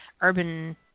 urban